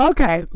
Okay